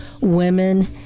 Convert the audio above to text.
women